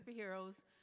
superheroes